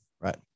right